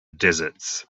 deserts